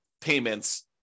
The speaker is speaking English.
payments